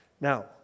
Now